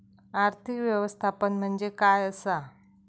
आर्थिक व्यवस्थापन म्हणजे काय असा?